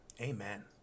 amen